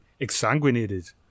exsanguinated